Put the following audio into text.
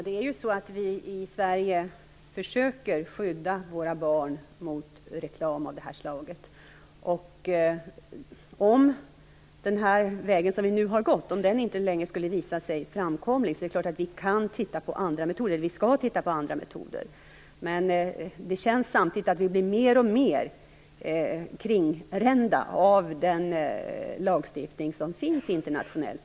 Fru talman! Vi försöker i Sverige skydda våra barn mot reklam av det här slaget. Om den väg som vi nu har gått inte längre visar sig vara framkomlig, skall vi självfallet titta på andra metoder. Men det känns samtidigt att vi blir mer och mer kringrända av den lagstiftning som finns internationellt.